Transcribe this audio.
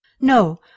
No